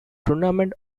tournament